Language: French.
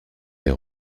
des